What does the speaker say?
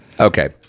okay